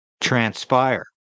transpire